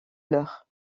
leur